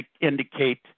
indicate